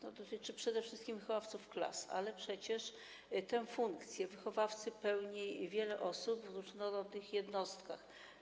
To dotyczy przede wszystkim wychowawców klas, ale przecież funkcję wychowawcy pełni wiele osób w różnorodnych jednostkach.